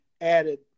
added